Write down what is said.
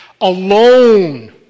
alone